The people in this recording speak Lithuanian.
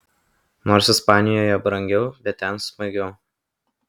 nors ispanijoje brangiau bet ten smagiau